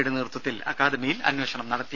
യുടെ നേതൃത്വത്തിൽ അക്കാദമിയിൽ അന്വേഷണം നടത്തി